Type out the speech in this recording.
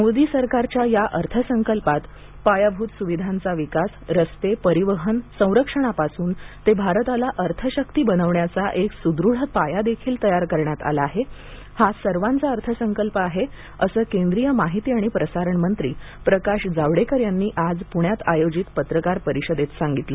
मोदी सरकारच्या या अर्थसंकल्पात पायाभूत सुविधांचा विकास रस्ते परिवहन संरक्षणापासून ते भारताला अर्थशत्ती बनवण्याचा एक सुदृढ पायादेखील तयार करण्यात आला आहे हा सर्वांचा अर्थसंकल्प आहे असं केंद्रीय माहिती आणि प्रसारण मंत्री प्रकाश जावडेकर यांनी आज पुण्यात आयोजित पत्रकार परिषदेत सांगितलं